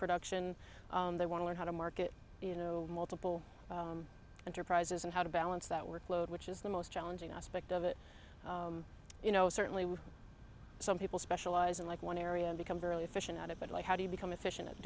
production they want to learn how to market you know multiple enterprises and how to balance that workload which is the most challenging aspect of it you know certainly with some people specializing like one area and become very efficient at it but like how do you become efficient at